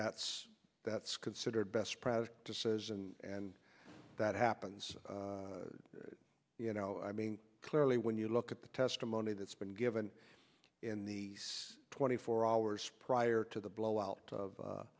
that's that's considered best decision and that happens you know i mean clearly when you look at the testimony that's been given in the twenty four hours prior to the blowout of